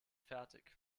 fertig